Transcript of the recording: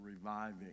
reviving